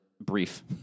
brief